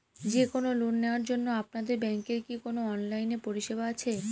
যে কোন লোন নেওয়ার জন্য আপনাদের ব্যাঙ্কের কি কোন অনলাইনে পরিষেবা আছে?